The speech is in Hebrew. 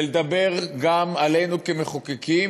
ולדבר גם עלינו כמחוקקים,